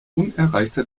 unerreichter